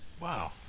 Wow